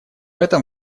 этом